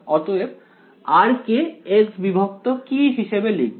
অতএব r কে x বিভক্ত কি হিসেবে লিখবো